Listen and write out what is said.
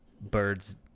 Birds